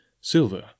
Silver